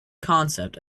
concept